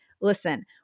listen